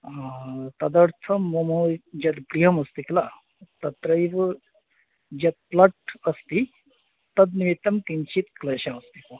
तदर्थं मम यत् गृहमस्ति किल तत्रैव यत् प्लाट् अस्ति तत् निमित्तं किञ्चित् क्लेशः अस्ति भोः